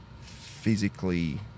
physically